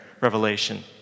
revelation